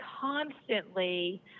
constantly